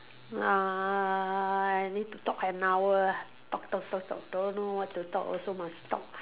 uh need to talk an hour ah talk talk talk don't know what to talk also must talk